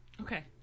Okay